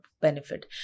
benefit